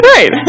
Right